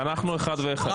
ואנחנו אחד ואחד.